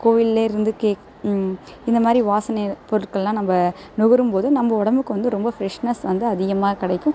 கோவிலிலேருந்து கே இந்தமாதிரி வாசனைபொருட்களெலாம் நம்ம நுகரும்போது நம்ம உடம்புக்குவந்து ரொம்ப ஃப்ரெஷ்னஸ் வந்து அதிகமாக கிடைக்கும்